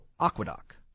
aqueduct